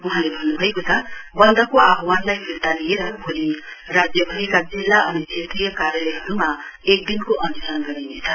वहाँले भन्नुभएको छ वन्दको आह्वानलाई फिर्ता लिएर भोलि राज्यभरिका जिल्ला अनि क्षेत्रीय कार्यालयहरुमा एकदिनको अनशन गरिनेछ